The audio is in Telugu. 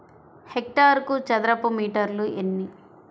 హెక్టారుకు చదరపు మీటర్లు ఎన్ని?